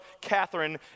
Catherine